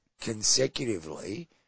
consecutively